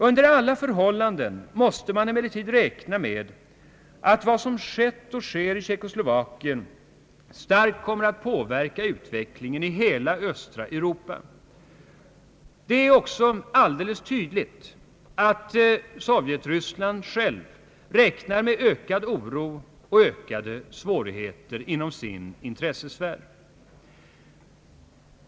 Under alla förhållanden måste man emellertid räkna med att vad som skett och sker i Tjeckoslovakien starkt kommer att påverka utvecklingen i hela östra Europa. Det är också alldeles tydligt att Sovjetunionen själv räknar med ökad oro och ökade svårigheter inom sin intressesfär.